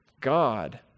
God